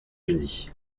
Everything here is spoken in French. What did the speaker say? unis